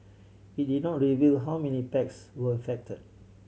it did not reveal how many packs were affect